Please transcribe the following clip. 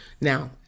now